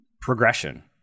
progression